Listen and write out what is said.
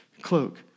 cloak